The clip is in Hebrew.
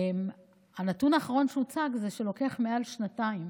הנתון האחרון שהוצג זה שעוברות מעל שנתיים.